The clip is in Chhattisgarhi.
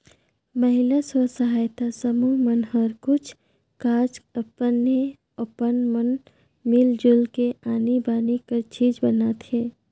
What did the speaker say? महिला स्व सहायता समूह मन हर कुछ काछ अपने अपन मन मिल जुल के आनी बानी कर चीज बनाथे